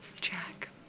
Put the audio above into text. Jack